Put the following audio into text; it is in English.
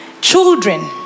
Children